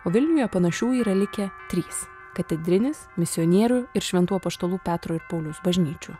o vilniuje panašių yra likę trys katedrinis misionierių ir šventų apaštalų petro ir pauliaus bažnyčių